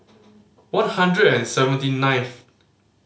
one hundred and seventy ninth